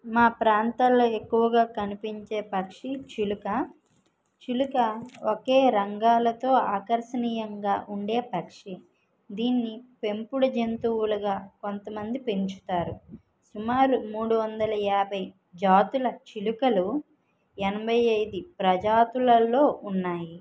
మా ప్రాంతాల్లో ఎక్కువగా కనిపించే పక్షి చిలుక చిలుక ఒకే రంగాలతో ఆకర్శణీయంగా ఉండే పక్షి దీన్ని పెంపుడు జంతువులుగా కొంతమంది పెంచుతారు సుమారు మూడు వందల యాభై జాతుల చిలుకలు ఎనభై ఐదు ప్రజాతులల్లో ఉన్నాయి